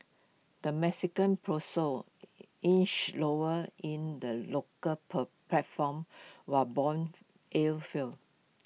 the Mexican peso inched lower in the local per platform while Bond yields fell